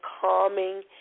calming